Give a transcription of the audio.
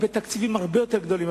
בתקציבים הרבה יותר גדולים,